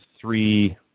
three